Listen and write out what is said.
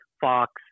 Fox